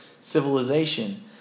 civilization